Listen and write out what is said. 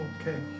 okay